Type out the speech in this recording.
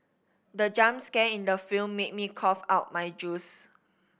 the jump scare in the film made me cough out my juice